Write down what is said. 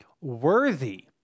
worthy